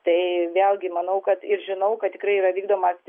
tai vėlgi manau kad ir žinau kad tikrai yra vykdomas